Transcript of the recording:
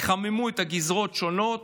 יחממו את הגזרות השונות,